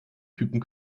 typen